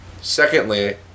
Secondly